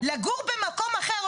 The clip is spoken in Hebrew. לגור במקום אחר,